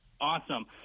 Awesome